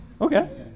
Okay